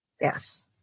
Yes